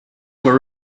were